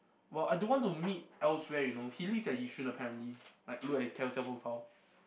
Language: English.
well I don't want to meet elsewhere you know he lives at Yishun apparently like look at his Carousell profile